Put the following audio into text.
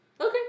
Okay